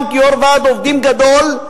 גם כיושב-ראש ועד עובדים גדול,